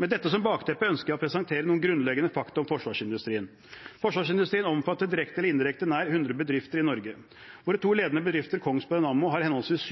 Med dette som bakteppe ønsker jeg å presentere noen grunnleggende fakta om forsvarsindustrien. Forsvarsindustrien omfatter direkte eller indirekte nær hundre bedrifter i Norge. Våre to ledende bedrifter, Kongsberg og Nammo, har henholdsvis